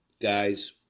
guys